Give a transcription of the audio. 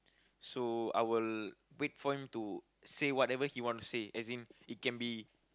so I will wait for him to say whatever he want to say as it can be